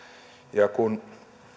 ja kun